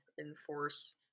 enforce